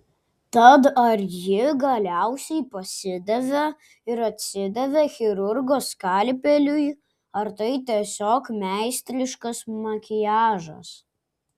tad ar ji galiausiai pasidavė ir atsidavė chirurgo skalpeliui ar tai tiesiog meistriškas makiažas